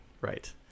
Right